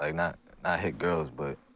ah not hit girls, but